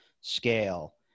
scale